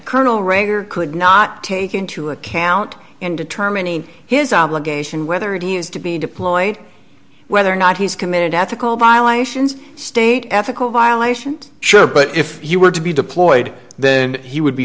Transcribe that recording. colonel regular could not take into account in determining his obligation whether he used to be deployed whether or not he's committed ethical violations state ethical violations sure but if he were to be deployed then he would be